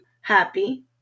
happy